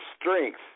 strength